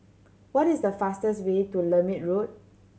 what is the fastest way to Lermit Road